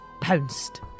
pounced